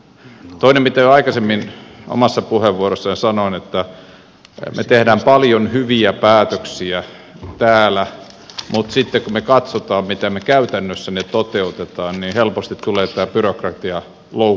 toinen mitä jo aikaisemmin omassa puheenvuorossani sanoin on se että me teemme paljon hyviä päätöksiä täällä mutta sitten kun me katsomme miten me käytännössä ne toteutamme niin helposti tulee tämä byrokratialoukku eteen